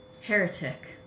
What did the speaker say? Heretic